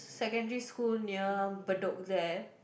secondary school near bedok there